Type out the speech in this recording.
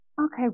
okay